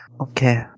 okay